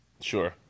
Sure